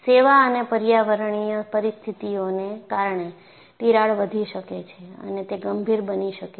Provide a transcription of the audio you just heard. સેવા અને પર્યાવરણીય પરિસ્થિતિઓને કારણે તિરાડ વધી શકે છે અને તે ગંભીર બની શકે છે